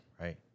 Right